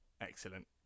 Excellent